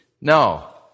No